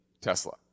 Tesla